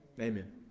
Amen